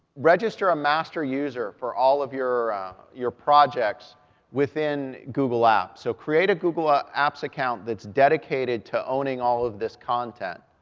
register a master user for all of your your projects within google apps. so, create a google ah apps account that's dedicated to owning all of this content,